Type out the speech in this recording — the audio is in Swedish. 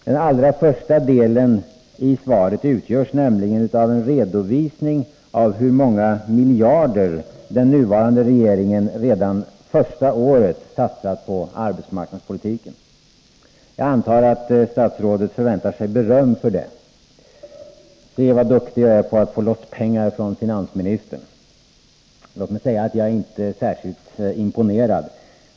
Den allra första delen i svaret utgörs nämligen av en redovisning av hur många miljarder den nuvarande regeringen redan det första året har satsat på arbetsmarknadspolitiken. Jag antar att statsrådet förväntar sig beröm för det. Se, vad duktig jag är på att få loss pengar från finansministern! Låt mig säga att jag inte är särskilt imponerad.